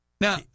Now